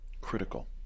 critical